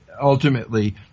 ultimately